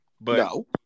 No